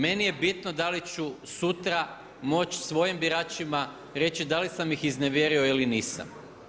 Meni je bitno da li ću sutra svojim biračima reći da li sam ih iznevjerio ili nisam.